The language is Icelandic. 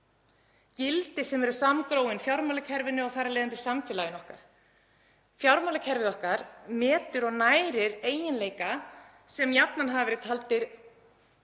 gildi sem eru samgróin fjármálakerfinu og þar af leiðandi samfélaginu okkar. Fjármálakerfið okkar metur og nærir eiginleika sem jafnan hafa verið taldir